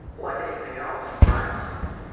like anything else, you practice it.